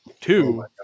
Two